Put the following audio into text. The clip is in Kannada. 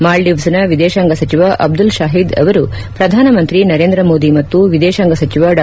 ಮಾಲ್ಗೀವ್ಸ್ನ ವಿದೇಶಾಂಗ ಸಚಿವ ಅಬ್ದುಲ್ ಶಾಹೀದ್ ಅವರು ಪ್ರಧಾನಮಂತ್ರಿ ನರೇಂದ್ರ ಮೋದಿ ಮತ್ತು ವಿದೇಶಾಂಗ ಸಚಿವ ಡಾ